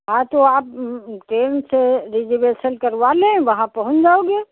हाँ तो आप ट्रेन से रिजेर्वेसन करवा लें वहाँ पहुँच जाओगे